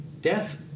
death